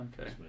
Okay